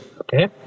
Okay